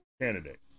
candidate